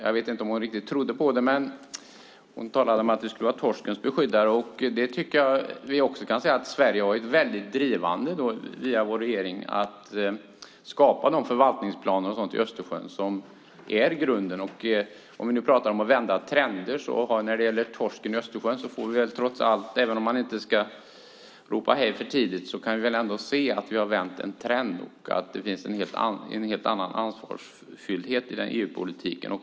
Jag vet inte om hon riktigt trodde på det, men hon talade om att vi skulle vara torskens beskyddare. Jag tycker att vi kan säga att Sverige via vår regering har varit drivande i att skapa de förvaltningsplaner med mera för Östersjön som är grunden. Om vi nu pratar om trender kan vi när det gäller torsken i Östersjön se, även om man inte ska ropa hej för tidigt, att vi har vänt en trend och att det finns ett helt annat ansvar i EU-politiken.